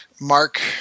Mark